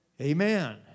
Amen